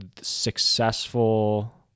successful